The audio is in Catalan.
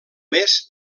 més